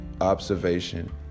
observation